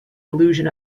illusion